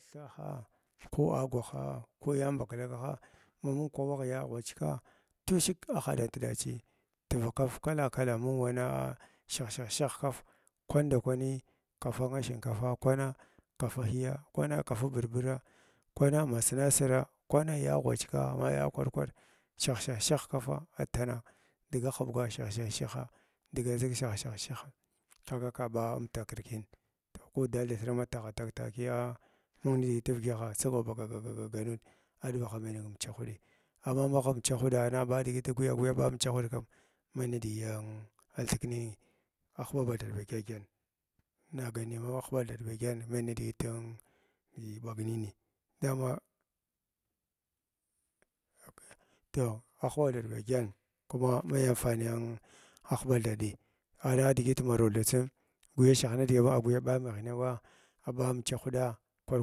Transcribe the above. Thaaha ko agwaha ko ya nbaklakaha ma hung kwaɓagh ya ghwach kaha tushik ahaɗat dachii tiva kaf kala kala mung ivanaa shahshah shah kaf kwanda kwani kafab shikaf kwana kafa hiyya, kwana kafa burbura, kwana ma sinasira, kwana ya ghwachika ma ya kwar kwar shah shah shah kafa a tanaa dga huɓga shah shah shaha dga ʒig shahshah shaha kaga ka ɓa umtakr kins toh ko dalithirns ma tagha tga takiya mung nidigit ivyədyagha sagan ba ga ga ga ga ga nud aɗuva bagh chai ningha umchahuɗi amma magh unchahuɗa ana ɓa digit ka gwiya aɓa umchahuɗkam mai nidigi athikna ninghi a maghahuɓa thaɗ ba dyən mai nidigit tin digi ɓagnini dama toh agha hmɓa thaaɗ ba dgən kuma mai namfuniyan uba thaɗ biyi aɓa diʒit harwu auguya ɓa maghnawey aɓa amcha hmɗa kwar.